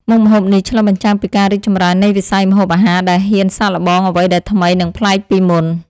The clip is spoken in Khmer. មុខម្ហូបនេះឆ្លុះបញ្ចាំងពីការរីកចម្រើននៃវិស័យម្ហូបអាហារដែលហ៊ានសាកល្បងអ្វីដែលថ្មីនិងប្លែកពីមុន។